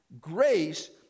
Grace